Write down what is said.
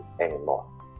anymore